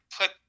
put